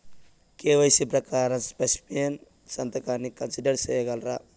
KYC ప్రకారం specimen సంతకాన్ని consider సేయగలరా?